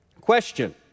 Question